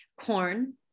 corn